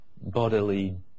bodily